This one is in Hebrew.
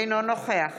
אינו נוכח